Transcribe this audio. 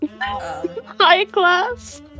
High-class